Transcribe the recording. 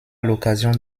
l’occasion